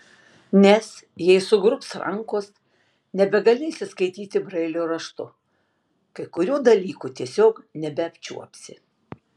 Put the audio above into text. nes jei sugrubs rankos nebegalėsi skaityti brailio raštu kai kurių dalykų tiesiog nebeapčiuopsi